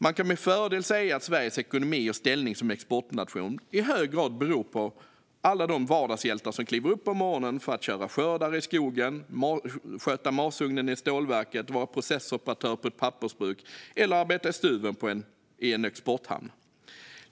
Man kan med fog säga att Sveriges ekonomi och ställning som exportnation i hög grad beror på alla de vardagshjältar som kliver upp om morgonen för att köra skördare i skogen, sköta masugnen i stålverket, vara processoperatör på ett pappersbruk eller arbeta i stuven i en exporthamn.